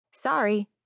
Sorry